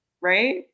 right